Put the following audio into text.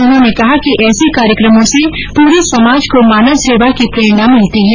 उन्होने कहा कि ऐसे कार्यक्रमों से पूरे समाज को मानव सेवा की प्रेरणा मिलती है